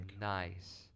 nice